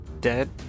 dead